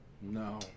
No